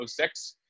06